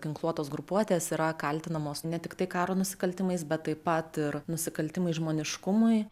ginkluotos grupuotės yra kaltinamos ne tiktai karo nusikaltimais bet taip pat ir nusikaltimais žmoniškumui